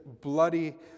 bloody